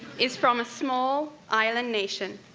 is from a small island nation,